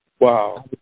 Wow